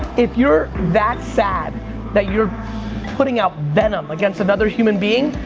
if you're that sad that you're putting out venom against another human being,